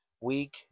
Week